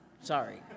Sorry